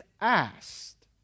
asked